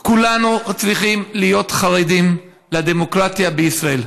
כולנו צריכים להיות חרדים לדמוקרטיה בישראל,